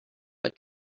but